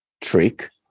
trick